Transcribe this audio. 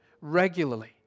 regularly